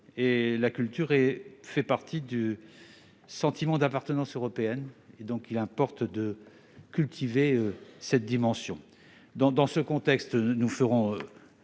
La culture suscite un sentiment d'appartenance européenne. Il importe donc de cultiver cette dimension. Dans ce contexte, nous agirons